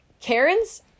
Karen's